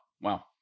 wow